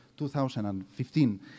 2015